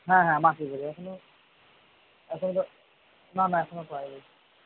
হ্যাঁ হ্যাঁ মাটির বাড়ি এখনও এখনও না না এখনও পায়নি